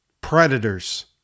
Predators